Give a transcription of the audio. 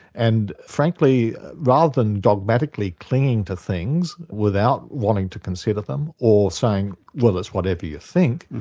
and frankly, rather than dogmatically clinging to things without wanting to consider them, or saying well it's whatever you think,